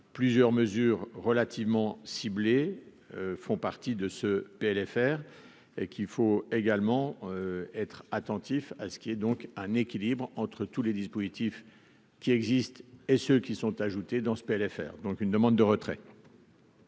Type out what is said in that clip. plusieurs mesures relativement ciblé font partie de ce PLFR et qu'il faut également être attentif à ce qui est donc un équilibre entre tous les dispositifs qui existent et ceux qui sont ajoutés dans ce PLFR donc une demande de retrait.